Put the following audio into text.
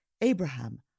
Abraham